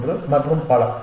23 மற்றும் பல